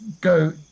go